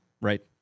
right